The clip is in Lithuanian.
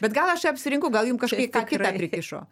bet gal aš apsirinku gal jum kažkai ką kitą prikišo